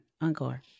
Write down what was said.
encore